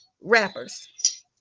rappers